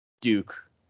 Duke